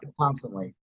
constantly